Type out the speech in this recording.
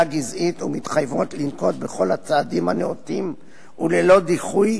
גזעית ומתחייבות לנקוט את כל הצעדים הנאותים וללא דיחוי,